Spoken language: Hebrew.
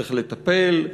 צריך לטפל,